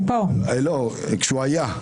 כשהוא היה.